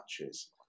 matches